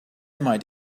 might